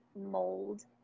mold